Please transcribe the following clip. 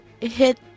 hit